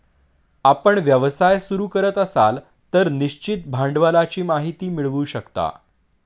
आपण व्यवसाय सुरू करत असाल तर निश्चित भांडवलाची माहिती मिळवू शकता